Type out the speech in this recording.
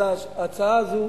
אז ההצעה הזו